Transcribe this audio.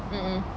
mmhmm